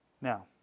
Now